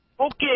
Okay